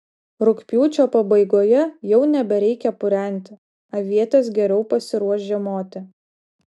rugpjūčio pabaigoje jau nebereikia purenti avietės geriau pasiruoš žiemoti